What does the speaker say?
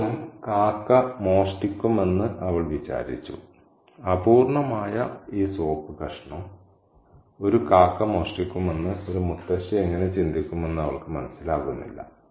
എന്നിട്ടും കാക്ക മോഷ്ടിക്കുമെന്ന് അവൾ വിചാരിച്ചു അപൂർണ്ണമായ ഈ സോപ്പ് കഷണം ഒരു കാക്ക മോഷ്ടിക്കുമെന്ന് ഒരു മുത്തശ്ശി എങ്ങനെ ചിന്തിക്കുമെന്ന് അവൾക്ക് മനസ്സിലാകുന്നില്ല